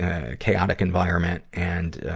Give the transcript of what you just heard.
ah, chaotic environment and, ah,